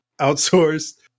outsourced